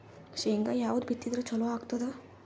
ಶೇಂಗಾ ಯಾವದ್ ಬಿತ್ತಿದರ ಚಲೋ ಆಗತದ?